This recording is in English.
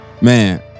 man